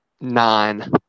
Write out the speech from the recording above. nine